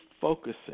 focusing